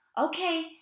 Okay